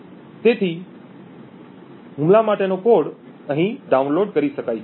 તેથી હુમલા માટેનો કોડ ડાઉનલોડ કરી શકાય છે